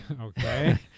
Okay